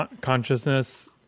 consciousness